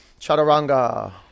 Chaturanga